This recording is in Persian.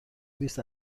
بیست